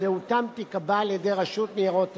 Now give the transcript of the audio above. שזהותם תיקבע על-ידי הרשות לניירות ערך,